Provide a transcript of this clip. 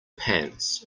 pants